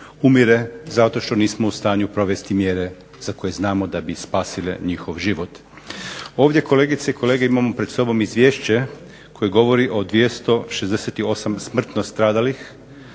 umire zato što nismo u stanju provesti mjere za koje znamo da bi spasile njihov život. Ovdje kolegice i kolege imamo pred sobom izvješće koje govori o 268 smrtno stradalih,